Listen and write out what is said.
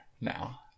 now